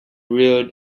reared